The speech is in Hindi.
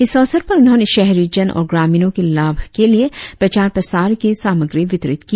इस अवसर पर उन्होंने शहरी जन और ग्रामीणो के लाभ के लिए प्रचार प्रसार की सामग्री वितरीत किया